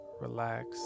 relax